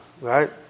right